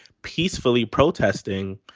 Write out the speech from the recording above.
peacefully protesting,